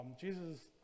Jesus